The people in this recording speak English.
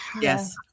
Yes